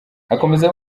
akomeza